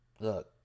Look